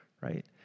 right